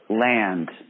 land